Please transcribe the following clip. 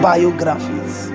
Biographies